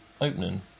opening